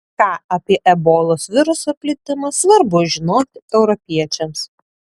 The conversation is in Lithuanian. ką apie ebolos viruso plitimą svarbu žinoti europiečiams